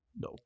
no